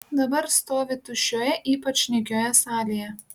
dabar stovi tuščioje ypač nykioje salėje